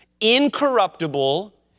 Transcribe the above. incorruptible